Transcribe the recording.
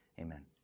amen